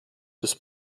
des